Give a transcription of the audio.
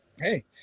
hey